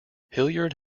hilliard